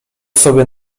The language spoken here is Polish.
sobie